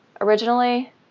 originally